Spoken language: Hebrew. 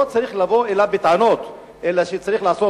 לא צריך לבוא אליו בטענות אלא צריך לעשות